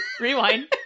Rewind